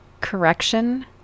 correction